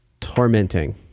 tormenting